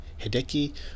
Hideki